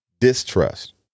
distrust